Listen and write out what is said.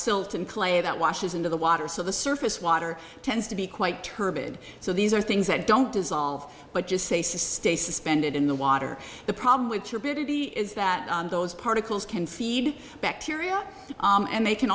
silt and clay that washes into the water so the surface water tends to be quite target so these are things that don't dissolve but just say sustained suspended in the water the problem with your beauty is that those particles can feed bacteria and they can